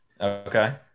Okay